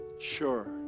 Sure